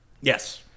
Yes